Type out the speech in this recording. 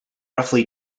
roughly